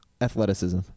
athleticism